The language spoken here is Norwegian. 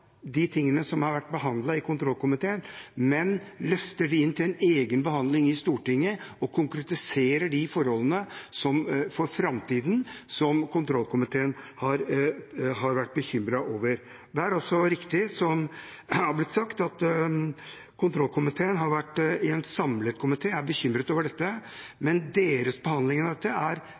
de tingene som har vært behandlet i kontrollkomiteen, og løfter dem inn til en egen behandling i Stortinget og konkretiserer de forholdene for framtiden som kontrollkomiteen har vært bekymret over. Det er også riktig som det har blitt sagt, at en samlet kontrollkomité er bekymret over dette, men deres behandling av dette er